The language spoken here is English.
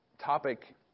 topic